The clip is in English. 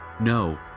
No